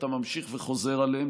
אתה ממשיך וחוזר עליהם,